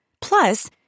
Plus